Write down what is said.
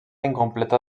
incompleta